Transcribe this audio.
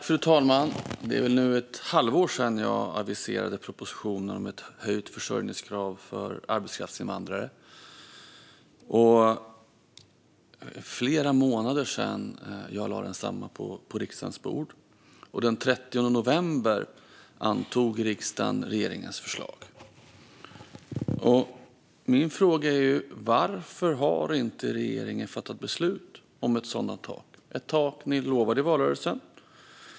Fru talman! Det är nu ett halvår sedan jag aviserade propositionen om ett höjt försörjningskrav för arbetskraftsinvandrare och flera månader sedan jag lade densamma på riksdagens bord. Den 30 november antog riksdagen regeringens förslag. Min fråga är varför regeringen inte har fattat beslut om ett sådant tak, något som utlovades i valrörelsen.